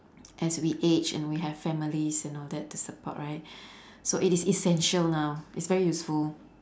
as we age and we have families and all that to support right so it is essential now it's very useful